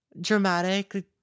dramatic